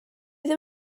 ddim